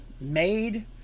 made